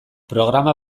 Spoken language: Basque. programa